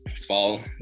fall